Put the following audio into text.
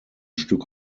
stück